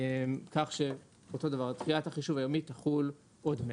כך שתחילת החישוב תחול עוד מאז.